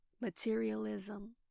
materialism